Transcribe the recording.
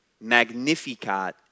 Magnificat